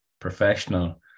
professional